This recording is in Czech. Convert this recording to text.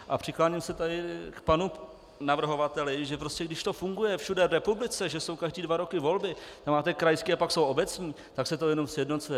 A přikláním se tady k panu navrhovateli, že když to funguje všude v republice, že jsou každé dva roky volby máte krajské a pak jsou obecní, tak se to jenom sjednocuje.